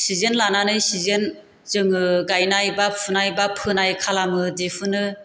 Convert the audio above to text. season लानानै सिजेन जोङो गायनाय बा फुनाय बा फोनाय खालामो दिहुनो